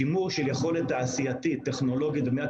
שימור של יכולת תעשייתית טכנולוגית במדינת